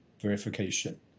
verification